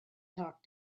talk